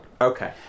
Okay